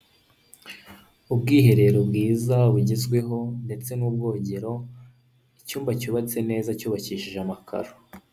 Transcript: Ubwiherero bwiza bugezweho ndetse nubwogero icyumba cyubatse neza cyubakishije amakaro.